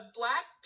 black